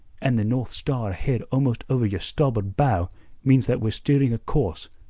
and the north star ahead almost over your starboard bow means that we're steering a course,